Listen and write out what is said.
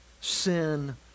Sin